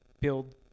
build